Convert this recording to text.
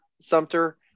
Sumter